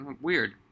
weird